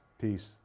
Peace